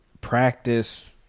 practice